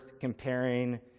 comparing